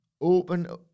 open